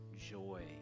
joy